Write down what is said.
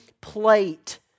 plate